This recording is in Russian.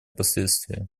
последствия